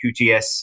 QTS